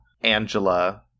Angela